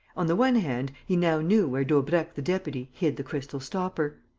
on the one hand, he now knew where daubrecq the deputy hid the crystal stopper.